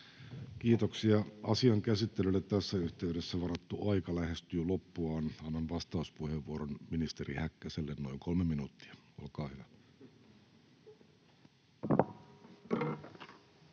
Kiitoksia. — Asian käsittelylle tässä yhteydessä varattu aika lähestyy loppuaan. — Annan vastauspuheenvuoron ministeri Häkkäselle, noin kolme minuuttia, olkaa hyvä.